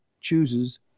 chooses